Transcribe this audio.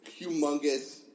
humongous